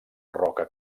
roca